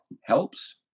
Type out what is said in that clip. helps